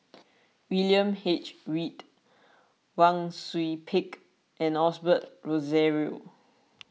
William H Read Wang Sui Pick and Osbert Rozario